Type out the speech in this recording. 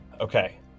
Okay